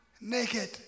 naked